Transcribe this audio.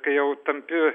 kai jau tampi